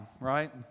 right